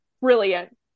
Brilliant